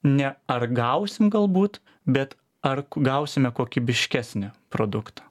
ne ar gausim galbūt bet ar gausime kokybiškesnį produktą